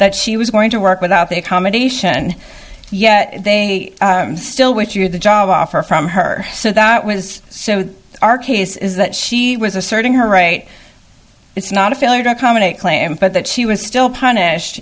that she was going to work without the accommodation yet they still with you the job offer from her so that was so our case is that she was asserting her right it's not a failure to accommodate claims but that she was still punished